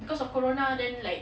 because of corona then like